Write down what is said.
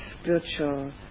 spiritual